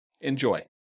Enjoy